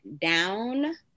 down